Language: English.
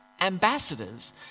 ambassadors